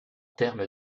termes